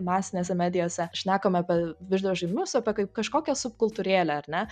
masinėse medijose šnekam apie videožaidimus apie kaip kažkokią subkultūrėlę ar ne